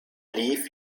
lief